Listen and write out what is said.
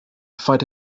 fight